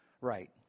right